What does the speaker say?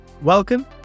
Welcome